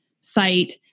site